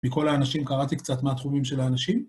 מכל האנשים קראתי קצת מה התחומים של האנשים.